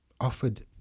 offered